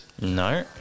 No